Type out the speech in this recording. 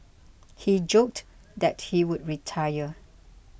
he joked that he would retire